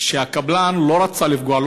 שהקבלן לא רצה לפגוע,